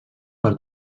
per